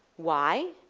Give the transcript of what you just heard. why?